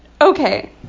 okay